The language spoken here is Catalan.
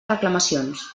reclamacions